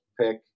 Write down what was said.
pick